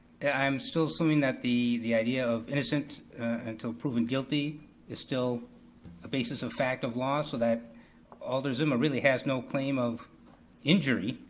i'm still assuming that the the idea of innocent until proven guilty is still a basis of fact of law, so that alder zima really has no claim of injury.